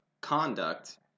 conduct